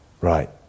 Right